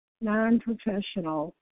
non-professional